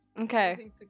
Okay